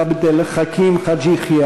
עבד אל חכים חאג' יחיא,